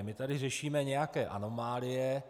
My tady řešíme nějaké anomálie.